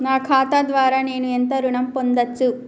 నా ఖాతా ద్వారా నేను ఎంత ఋణం పొందచ్చు?